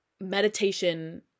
meditation